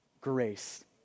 grace